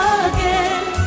again